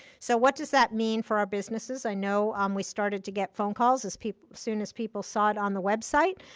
so what does that mean for our businesses? i know um we started to get phone calls as soon as people saw it on the website.